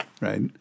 right